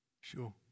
Sure